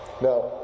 now